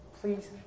Please